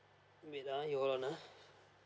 wait uh you hold on uh